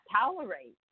tolerate